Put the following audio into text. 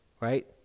Right